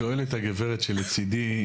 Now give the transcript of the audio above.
שואלת הגברת שלצידי,